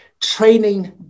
Training